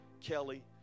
Kelly